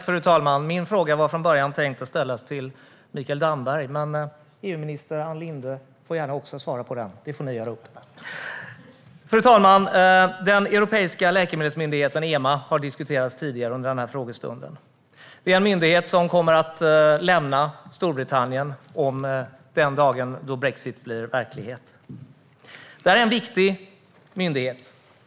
Fru talman! Min fråga var från början tänkt att ställas till Mikael Damberg, men EU-minister Ann Linde får också gärna svara på den. Det får ni göra upp. Fru talman! Den europeiska läkemedelsmyndigheten EMA har diskuterats tidigare under frågestunden. Det är en myndighet som kommer att lämna Storbritannien den dag då brexit blir verklighet. Detta är en viktig myndighet.